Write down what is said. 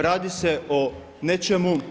Radi se o nečemu.